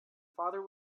father